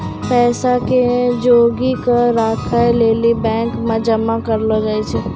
पैसा के जोगी क राखै लेली बैंक मे जमा करलो जाय छै